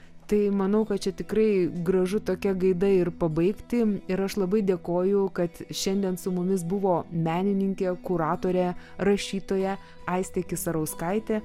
tai manau kad čia tikrai gražu tokia gaida ir pabaigti ir aš labai dėkoju kad šiandien su mumis buvo menininkė kuratorė rašytoja aistė kisarauskaitė